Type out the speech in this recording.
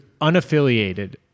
unaffiliated